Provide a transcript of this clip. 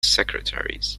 secretaries